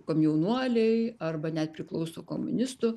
komjaunuoliai arba net priklauso komunistų